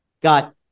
got